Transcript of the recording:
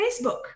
Facebook